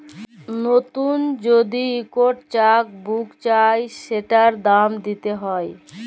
লতুল যদি ইকট চ্যাক বুক চায় সেটার দাম দ্যিতে হ্যয়